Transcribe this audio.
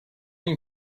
این